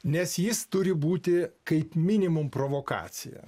nes jis turi būti kaip minimum provokacija